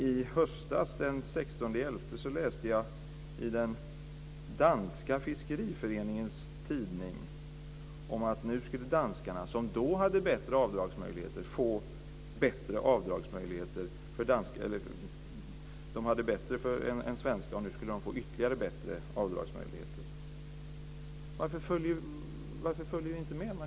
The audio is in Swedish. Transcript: I höstas, den 16 november, läste jag i den danska fiskeriföreningens tidning att danskarna, som då hade bättre avdragsmöjligheter än svenskarna, skulle få ännu bättre avdragsmöjligheter. Varför följer vi inte med?